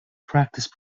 practice